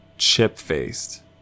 Chip-faced